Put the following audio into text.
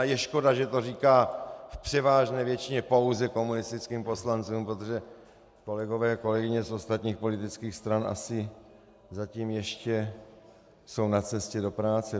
Je škoda, že to říká v převážné většině pouze komunistickým poslancům, protože kolegové a kolegyně z ostatních politických stran asi zatím ještě jsou na cestě do práce.